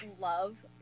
love